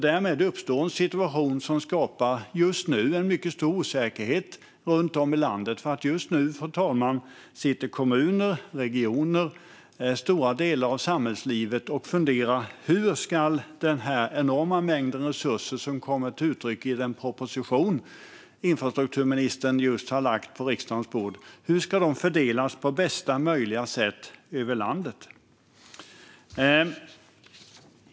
Därmed uppstår en situation som skapar mycket stor osäkerhet runt om i landet, fru talman, för just nu sitter kommuner och regioner - stora delar av samhällslivet - och funderar på hur den enorma mängd resurser som kommer till uttryck i den proposition som infrastrukturministern just har lagt på riksdagens bord ska fördelas på bästa möjliga sätt över landet.